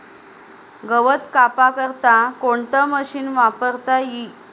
गवत कापा करता कोणतं मशीन वापरता ई?